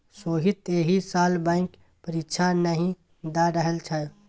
सोहीत एहि साल बैंक परीक्षा नहि द रहल छै